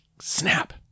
snap